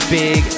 big